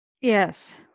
yes